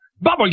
Bubble